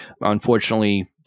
Unfortunately